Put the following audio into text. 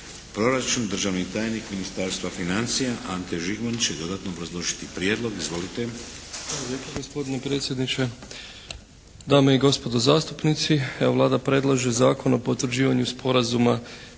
proračun. Državni tajnik Ministarstva financija Ante Žigman će dodatno obrazložiti prijedlog. Izvolite.